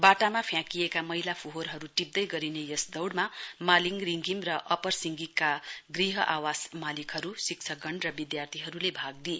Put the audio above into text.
बाटामा फ्याँकिएका मैलाहरू फोहोरहरू टिप्दै गरिने यस दौडमा मालिङ रिंघिम र अप्पर सिंघिकका गृह आवास मालिकहरू शिक्षकगण र विद्यार्थीहरूले भाग लिए